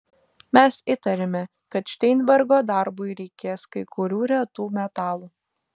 mes įtarėme kad šteinbergo darbui reikės kai kurių retų metalų